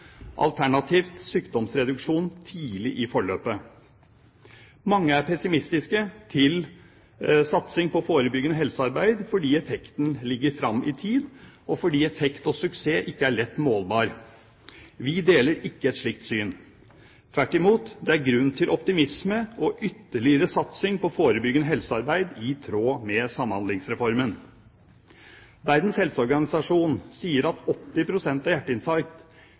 alternativt sykdomsreduksjon tidlig i forløpet. Mange er pessimistiske til satsing på forebyggende helsearbeid fordi effekten ligger fram i tid og fordi effekt og suksess ikke er lett målbare. Vi deler ikke et slikt syn. Tvert imot, det er grunn til optimisme og ytterligere satsing på forebyggende helsearbeid i tråd med Samhandlingsreformen. Verdens helseorganisasjon sier at 80 pst. av hjerteinfarkt,